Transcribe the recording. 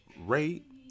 rate